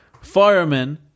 Firemen